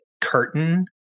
curtain